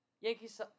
Yankees